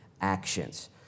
actions